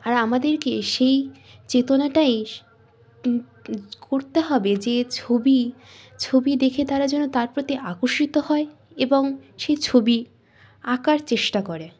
আর আমাদেরকে সেই চেতনাটাই করতে হবে যে ছবি ছবি দেখে তারা যেন তার প্রতি আকর্ষিত হয় এবং সেই ছবি আঁকার চেষ্টা করে